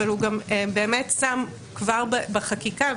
אבל הוא גם שם כבר בחקיקה,